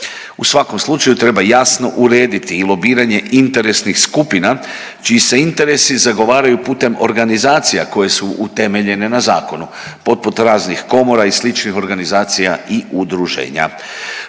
U svakom slučaju treba jasno urediti i lobiranje interesnih skupina čiji se interesi zagovaraju putem organizacija koje su utemeljene na zakonu, poput raznih komora i sličnih organizacija i udruženja.